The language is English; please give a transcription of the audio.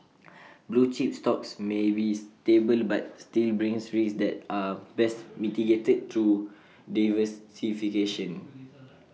blue chip stocks may be stable but still brings risks that are best mitigated through diversification